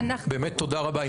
באמת תודה רבה.